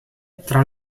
tra